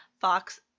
Fox